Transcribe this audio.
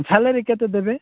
salary କେତେ ଦେବେ